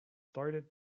started